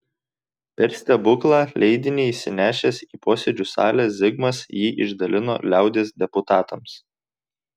per stebuklą leidinį įsinešęs į posėdžių salę zigmas jį išdalino liaudies deputatams